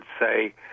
say